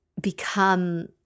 become